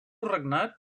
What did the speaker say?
regnat